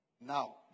Now